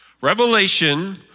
Revelation